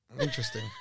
Interesting